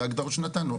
זה ההגדרות שנתנו.